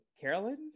Carolyn